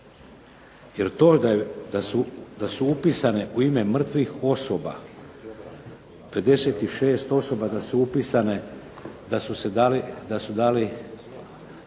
Jer to da su upisane u ime mrtvih osoba 56 osoba da su